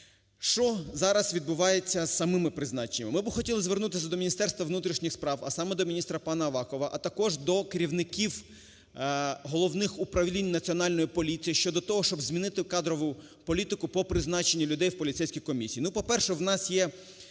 Що зараз відбувається із самими призначеннями? Ми би хотіли звернутися до Міністерства внутрішніх справ, а саме до міністра пана Авакова, а також до керівників головних управлінь Національної поліції щодо того, щоб змінити кадрову політику по призначенню людей в поліцейські комісії.